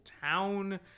town